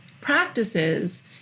practices